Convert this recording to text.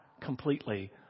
completely